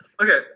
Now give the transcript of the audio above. Okay